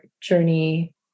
journey